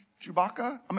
Chewbacca